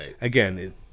again